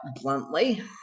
bluntly